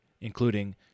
including